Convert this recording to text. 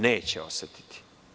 Neće osetiti.